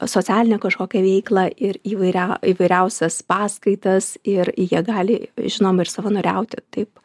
socialinę kažkokią veiklą ir įvairią įvairiausias paskaitas ir jie gali žinoma ir savanoriauti taip